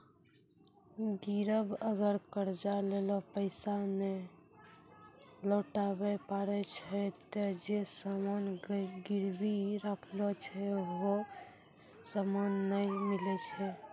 गिरब अगर कर्जा लेलो पैसा नै लौटाबै पारै छै ते जे सामान गिरबी राखलो छै हौ सामन नै मिलै छै